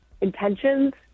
intentions